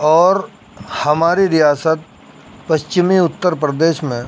اور ہماری ریاست پچھمی اتر پردیش میں